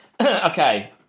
Okay